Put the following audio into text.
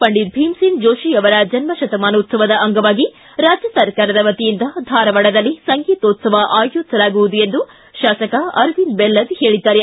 ಪಂಡಿತ ಭೀಮಸೇನ ಜೋಶಿ ಅವರ ಜನ್ನತತಮಾನೋತ್ಸವದ ಅಂಗವಾಗಿ ರಾಜ್ಯ ಸರ್ಕಾರದ ವತಿಯಿಂದ ಧಾರವಾಡದಲ್ಲಿ ಸಂಗೀತೋತ್ಸವ ಆಯೋಜಿಸಲಾಗುವುದು ಎಂದು ಶಾಸಕ ಅರವಿಂದ ಬೆಲ್ಲದ ಹೇಳಿದ್ದಾರೆ